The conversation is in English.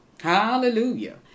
Hallelujah